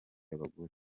abagore